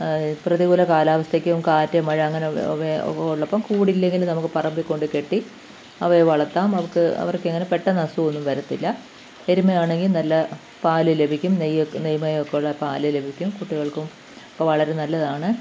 പ്രതികൂല കാലാവസ്ഥക്കും കാറ്റ് മഴ അങ്ങനെയുള്ള ഉള്ളപ്പം കൂടിയില്ലെങ്കിലും നമുക്ക് പറമ്പിൽക്കൊണ്ടു കെട്ടി അവയെ വളർത്താം അവർക്ക് അവർക്കിങ്ങനെ പെട്ടെന്നസുഖമൊന്നും വരത്തില്ല എരുമയാണെങ്കിൽ നല്ല പാലു ലഭിക്കും നെയ്യ് നെയ്യ് മയമൊക്കെ ഉള്ള പാലു ലഭിക്കും കുട്ടികൾക്കും ഒക്കെ വളരെ നല്ലതാണ്